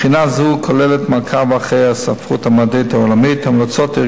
בחינה זו כוללת מעקב אחרי הספרות המדעית העולמית